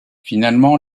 finalement